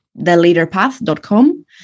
theleaderpath.com